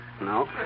No